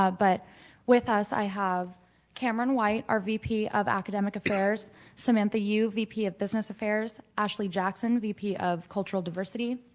but with us, i have cameron white, our vp of academic affairs samantha yu, vp of business affairs ashley jackson, vp of cultural diversity